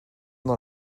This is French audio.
dans